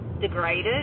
degraded